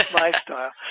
lifestyle